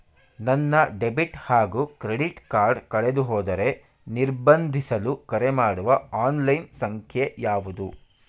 ನನ್ನ ಡೆಬಿಟ್ ಹಾಗೂ credit card ಕಳೆದುಹೋದರೆ ನಿರ್ಬಂಧಿಸಲು ಕರೆಮಾಡುವ ಆನ್ಲೈನ್ ಸಂಖ್ಯೆಯಾವುದು?